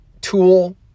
tool